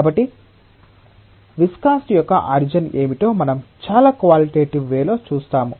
కాబట్టి విస్కాసిటి యొక్క ఆరిజిన్ ఏమిటో మనం చాలా క్వాలిటెటివ్ వే లో చూస్తాము